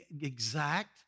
exact